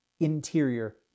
Interior